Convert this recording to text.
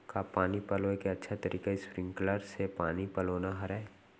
का पानी पलोय के अच्छा तरीका स्प्रिंगकलर से पानी पलोना हरय?